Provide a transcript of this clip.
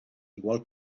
igual